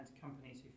companies